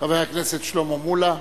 חבר הכנסת שלמה מולה.